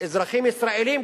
גם אזרחים ישראלים.